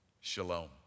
Shalom